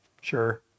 sure